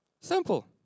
Simple